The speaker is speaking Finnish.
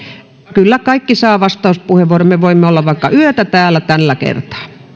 kyllä kaikki saavat vastauspuheenvuoron me voimme olla vaikka yötä täällä tällä kertaa